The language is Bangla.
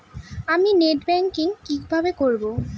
আমি নেট ব্যাংকিং কিভাবে করব?